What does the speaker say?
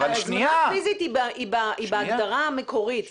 ההזמנה הפיסית היא בהגדרה המקורית.